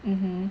mmhmm